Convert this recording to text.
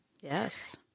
Yes